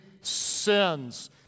sins